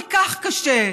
כל כך קשה,